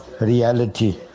reality